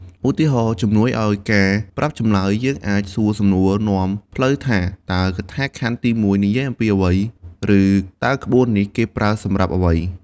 ឧទាហរណ៍ ជំនួសឱ្យការប្រាប់ចម្លើយ យើងអាចសួរសំណួរនាំផ្លូវថា តើកថាខណ្ឌទីមួយនិយាយអំពីអ្វី? ឬ តើក្បួននេះគេប្រើសម្រាប់អ្វី?។